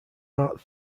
art